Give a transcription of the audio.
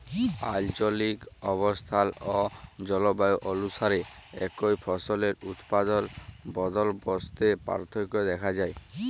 আলচলিক অবস্থাল অ জলবায়ু অলুসারে একই ফসলের উৎপাদল বলদবস্তে পার্থক্য দ্যাখা যায়